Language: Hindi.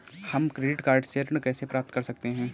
हम क्रेडिट कार्ड से ऋण कैसे प्राप्त कर सकते हैं?